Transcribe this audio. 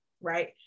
right